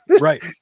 Right